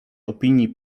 opinii